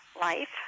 Life